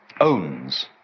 owns